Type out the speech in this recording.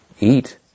eat